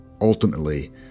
Ultimately